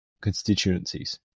constituencies